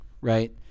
Right